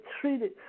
treated